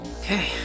Okay